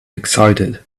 excited